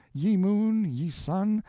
ye moon, ye sun,